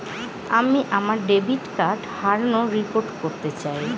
আমি আমার debit card হারানোর রিপোর্ট করতে চাই